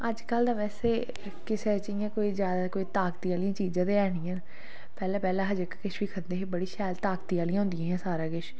अजकल ते बैसे किसे बिच बी इयां कोई ज्यादा ताकती आहली चीजां ते है नी हैन पहले पैहले हा जेहका किश बी खंदे हे बड़ी शैल ताकती आहली होंदियां ही सारा किश